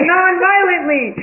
Nonviolently